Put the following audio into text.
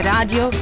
Radio